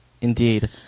Indeed